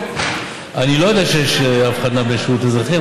אני לא יודע שיש הבחנה בין שירות אזרחי,